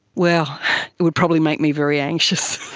well, it would probably make me very anxious.